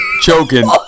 choking